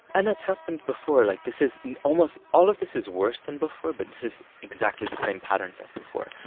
and that's happened before. like, this is almost all of this is worse than before, but this is exactly the same patterns as before.